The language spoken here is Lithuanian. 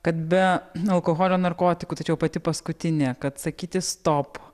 kad be alkoholio narkotikų tačiau pati paskutinė kad sakyti stop